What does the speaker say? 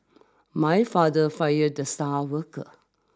my father fired the star worker